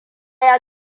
ya